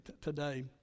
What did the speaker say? today